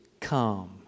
come